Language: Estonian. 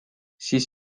siis